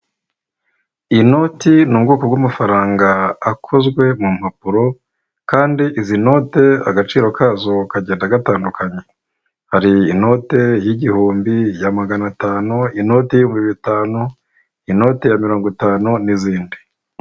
Inoti ni ubwoko bw'amafaranga akozwe mu mpapuro kandi izi note agaciro kazo kagenda gatandukanye. Hari inote y'igihumbi, iya magana atanu, inote y'ibihumbi bitanu, inoti ya mirongo itanu n'izindi.